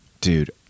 Dude